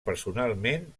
personalment